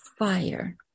Fire